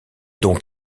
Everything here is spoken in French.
donc